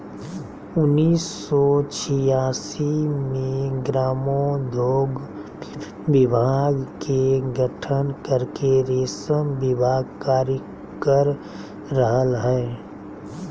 उन्नीस सो छिआसी मे ग्रामोद्योग विभाग के गठन करके रेशम विभाग कार्य कर रहल हई